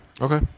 okay